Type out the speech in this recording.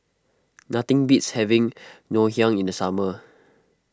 nothing beats having Ngoh Hiang in the summer